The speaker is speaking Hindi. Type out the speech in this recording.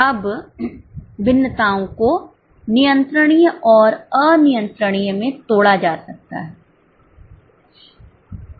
अब भिन्नताओं को नियंत्रणीय और अनियंत्रणीय में तोड़ा जा सकता है